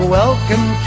welcome